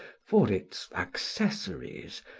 for its accessories,